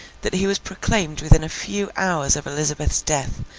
that he was proclaimed within a few hours of elizabeth's death,